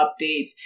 updates